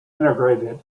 integrated